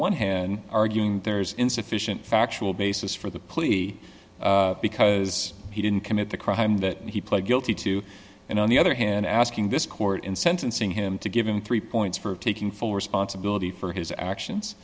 one hand arguing there's insufficient factual basis for the plea because he didn't commit the crime that he pled guilty to and on the other hand asking this court in sentencing him to give him three points for taking full responsibility for his